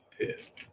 pissed